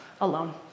alone